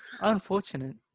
Unfortunate